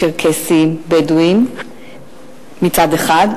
צ'רקסים ובדואים מצד אחד,